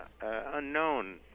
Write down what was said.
unknown